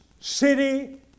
city